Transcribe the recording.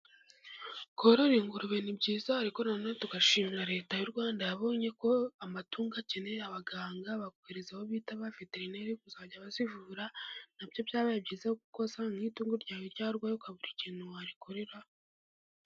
Korora ingurube ni byiza, ariko none tugashimira leta y'u Rwanda, yabonye ko amatungo akene abaganga, bakohereza abo bita baveterineri, kuzajya abazivura nabyo byabaye byiza gukoza mu iduka ryawe ryarwaye uka bura ikintu warikorera.